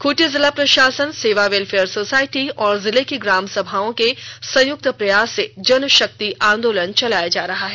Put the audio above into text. खूंटी जिला प्रशासन Seva welfare society और जिले की ग्राम सभाओं के संयुक्त प्रयास से जन शक्ति आंदोलन चलाया जा रहा है